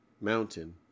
Mountain